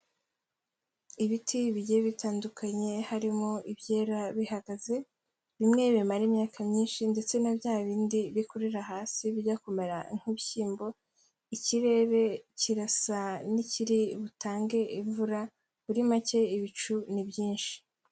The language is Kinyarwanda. Ibiti ibige bitandukanye harimo ibyera bihagaze bimwe bimara imyaka myinshi ndetse na bya bindi bikurira hasi bijya kumera nk'ibishyimbo, ikirere kirasa n'ikiri butange imvura muri make ibicu ni byinshi.